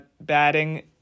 batting